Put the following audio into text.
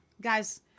guys